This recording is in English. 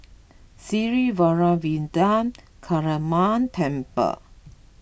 Sri Vairavimada Kaliamman Temple